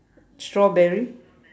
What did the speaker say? strawberry